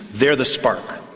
they are the spark.